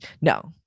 No